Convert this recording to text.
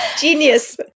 Genius